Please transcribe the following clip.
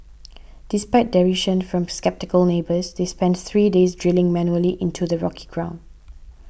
despite derision from sceptical neighbours they spent three days drilling manually into the rocky ground